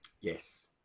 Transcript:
yes